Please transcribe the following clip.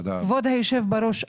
כבוד היושב בראש,